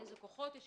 אילו כוחות יש,